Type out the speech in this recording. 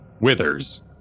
Withers